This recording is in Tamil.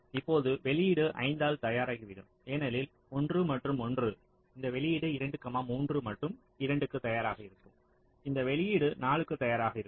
இப்போது வெளியீடு 5 ஆல் தயாராகிவிடும் ஏனெனில் 1 மற்றும் 1 இந்த வெளியீடு 2 3 மற்றும் 2 க்கு தயாராக இருக்கும் இந்த வெளியீடு 4 க்கு தயாராக இருக்கும்